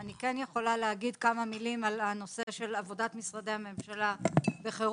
אני כן יכולה להגיד כמה מילים על הנושא של עבודת משרדי הממשלה בחירום,